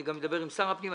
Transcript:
אדבר גם עם שר הפנים.